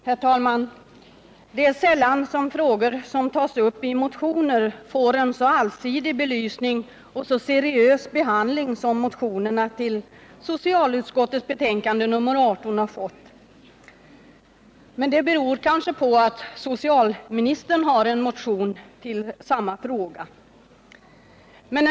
Herr talman! Det är sällan frågor som tas upp i en motion får en så allsidig belysning och en så seriös behandling som motionerna i denna fråga har fått i socialutskottets betänkande nr 18. Men det kanske beror på att den nye socialministern har en motion i frågan.